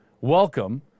Welcome